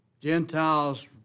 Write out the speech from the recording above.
Gentiles